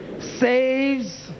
saves